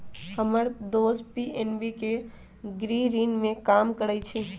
हम्मर दोस पी.एन.बी के गृह ऋण में काम करइ छई